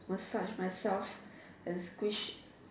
massage myself and squish